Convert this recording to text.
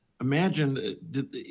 Imagine